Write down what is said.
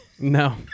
No